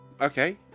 okay